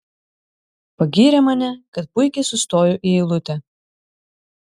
pagyrė mane kad puikiai sustoju į eilutę